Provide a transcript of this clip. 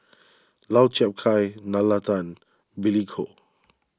Lau Chiap Khai Nalla Tan Billy Koh